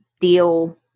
deal